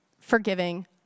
forgiving